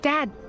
Dad